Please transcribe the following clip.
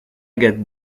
get